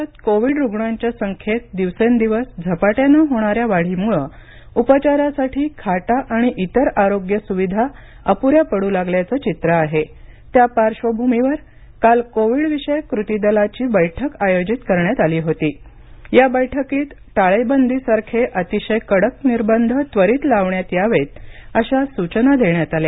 राज्यात कोविड रुग्णांच्या संख्येत दिवसेंदिवस झपाट्याने होणाऱ्या वाढीमुळे उपचारासाठी खाटा आणि इतर आरोग्य सुविधा अपुऱ्या पडू लागल्याचं चित्र आहे त्या पार्श्वभूमीवर काल कोविडविषयक कृती दलाची बैठक आयोजित करण्यात आली होती या बैठकीत टाळेबंदीसारखे अतिशय कडक निर्बंध त्वरित लावण्यात यावेत अशा सूचना देण्यात आल्या